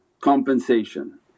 compensation